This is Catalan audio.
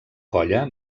colla